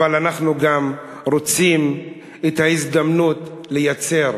אבל אנחנו גם רוצים את ההזדמנות לייצר,